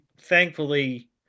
thankfully